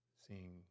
seeing